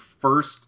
first